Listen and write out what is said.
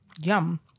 yum